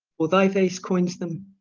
for thy face coines them,